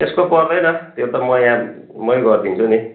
यसको पर्दैन त्यो त म यहाँ मै गरिदिन्छु नि